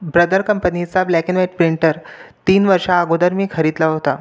brother कंपनीचा black and white printer तीन वर्षाअगोदर मी खरीदला होता